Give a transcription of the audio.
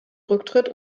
rücktritt